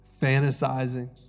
fantasizing